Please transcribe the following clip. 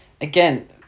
again